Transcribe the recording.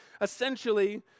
Essentially